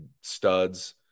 studs